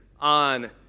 on